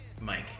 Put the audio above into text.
Mike